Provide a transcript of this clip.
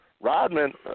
Rodman